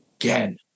again